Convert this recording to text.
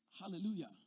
Hallelujah